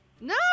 No